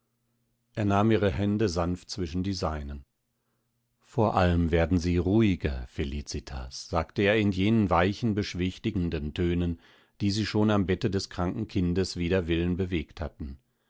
er nahm ihre hände sanft zwischen die seinen vor allem werden sie ruhiger felicitas sagte er in jenen weichen beschwichtigenden tönen die sie schon am bette des kranken kindes wider willen bewegt hatten